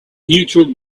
neutral